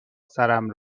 سرم